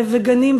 גנים,